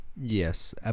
Yes